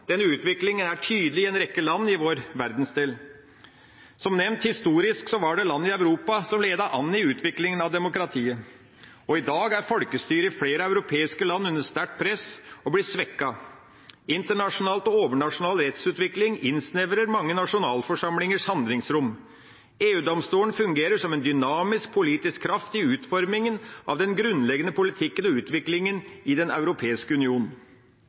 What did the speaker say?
Denne utviklinga er tydelig i en rekke land i vår verdensdel. Som nevnt, historisk var det land i Europa som ledet an i utviklinga av demokratiet. I dag er folkestyret i flere europeiske land under sterkt press og blir svekket. Internasjonal og overnasjonal rettsutvikling innsnevrer mange nasjonalforsamlingers handlingsrom. EU-domstolen fungerer som en dynamisk politisk kraft i utforminga av den grunnleggende politikken og utviklinga i Den europeiske union.